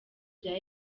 bya